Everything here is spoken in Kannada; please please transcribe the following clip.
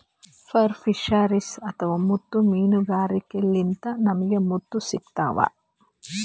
ಪರ್ಲ್ ಫಿಶರೀಸ್ ಅಥವಾ ಮುತ್ತ್ ಮೀನ್ಗಾರಿಕೆಲಿಂತ್ ನಮ್ಗ್ ಮುತ್ತ್ ಸಿಗ್ತಾವ್